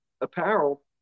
apparel